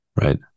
Right